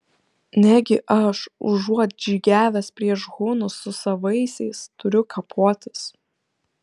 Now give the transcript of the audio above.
negi aš užuot žygiavęs prieš hunus su savaisiais turiu kapotis